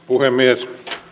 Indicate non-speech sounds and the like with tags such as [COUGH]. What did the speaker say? [UNINTELLIGIBLE] puhemies